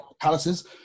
palaces